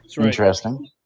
Interesting